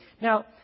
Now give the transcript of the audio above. Now